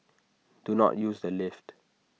do not use the lift